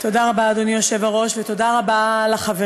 תודה רבה, אדוני היושב-ראש, ותודה רבה לחברים.